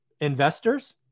investors